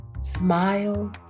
Smile